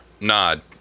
nod